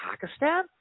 Pakistan